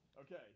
Okay